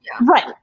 Right